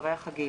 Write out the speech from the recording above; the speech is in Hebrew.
אחרי החגים.